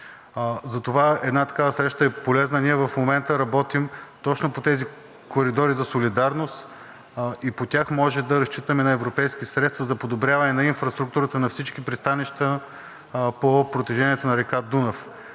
Затова една такава среща е полезна. Ние в момента работим точно по тези коридори за солидарност и по тях можем да разчитаме на европейски средства за подобряване на инфраструктурата на всички пристанища по протежението на река Дунав.